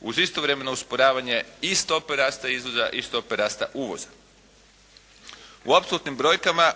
uz istovremeno usporavanje i stope rasta izvoza i stope rasta uvoza. U apsolutnim brojkama